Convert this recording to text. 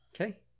Okay